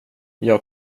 jag